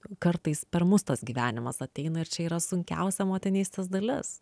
kartais per mus tas gyvenimas ateina ir čia yra sunkiausia motinystės dalis